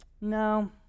no